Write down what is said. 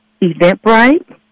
Eventbrite